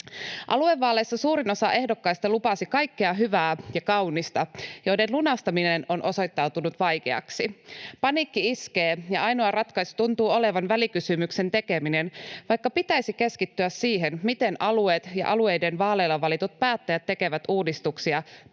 Aluevaaleissa suurin osa ehdokkaista lupasi kaikkea hyvää ja kaunista, joiden lunastaminen on osoittautunut vaikeaksi. Paniikki iskee, ja ainoa ratkaisu tuntuu olevan välikysymyksen tekeminen, vaikka pitäisi keskittyä siihen, miten alueet ja alueiden vaaleilla valitut päättäjät tekevät uudistuksia